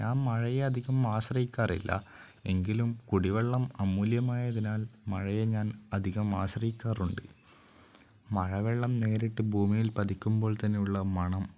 ഞാൻ മഴയെ അധികം ആശ്രയിക്കാറില്ല എങ്കിലും കുടിവെള്ളം അമൂല്യമായതിനാൽ മഴയെ ഞാൻ അധികം ആശ്രയിക്കാറുണ്ട് മഴവെള്ളം നേരിട്ട് ഭൂമിയിൽ പതിക്കുമ്പോൾ തന്നെയുള്ള മണം